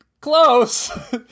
Close